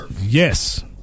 Yes